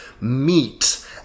meat